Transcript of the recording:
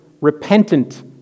repentant